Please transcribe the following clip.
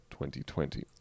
2020